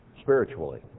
spiritually